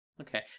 Okay